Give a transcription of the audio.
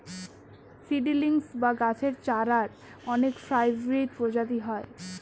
seedlings বা গাছের চারার অনেক হাইব্রিড প্রজাতি হয়